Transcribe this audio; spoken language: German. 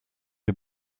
der